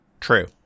True